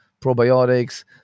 probiotics